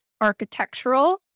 Architectural